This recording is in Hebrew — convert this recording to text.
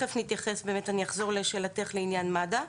תכף אני אחזור לשאלתך לעניין מד"א,